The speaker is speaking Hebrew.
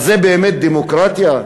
אז זה באמת דמוקרטיה,